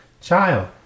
Child